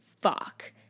fuck